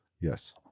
Yes